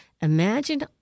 imagine